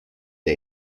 the